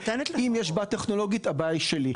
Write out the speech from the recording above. אם יש בעיה טכנולוגית הבעיה היא שלי.